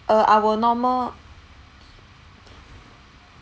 uh our normal